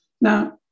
Now